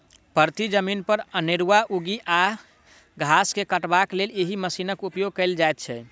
परती जमीन पर अनेरूआ उगि आयल घास के काटबाक लेल एहि मशीनक उपयोग कयल जाइत छै